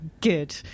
good